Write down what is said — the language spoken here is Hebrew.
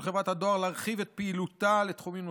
חברת הדואר להרחיב את פעילותה לתחומים נוספים.